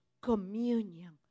communion